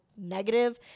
negative